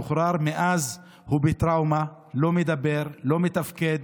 הוא שוחרר ומאז הוא בטראומה, לא מדבר, לא מתפקד.